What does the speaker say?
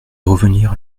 revenir